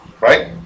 Right